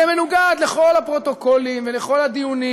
זה מנוגד לכל הפרוטוקולים ולכל הדיונים.